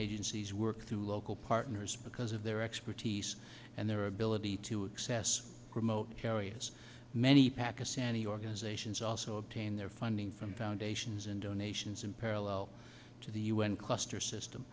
agencies work through local partners because of their expertise and their ability to access remote areas many pakistani organizations also obtain their funding from foundations and donations in parallel to the un cluster system